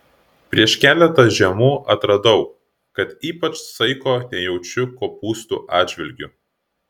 prieš keletą žiemų atradau kad ypač saiko nejaučiu kopūstų atžvilgiu